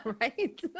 Right